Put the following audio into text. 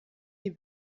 die